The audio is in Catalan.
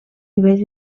nivells